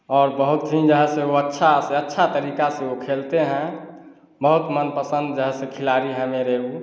और बहुत ही जो है सो वह अच्छा से अच्छा तरीका से वह खेलते हैं बहुत मनपसन्द जो है सो खिलाड़ी हैं मेरे वह